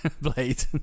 blade